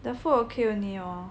the food okay only lor